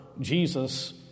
Jesus